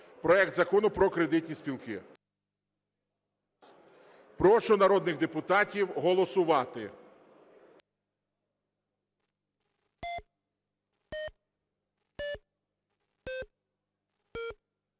проект Закону про кредитні спілки. Прошу народних депутатів голосувати.